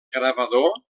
gravador